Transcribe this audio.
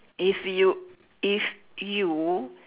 if you if you